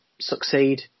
succeed